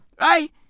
Right